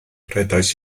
rhedais